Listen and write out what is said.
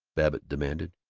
babbitt demanded,